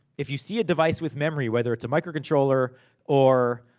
if you see a device with memory, whether it's a microcontroller or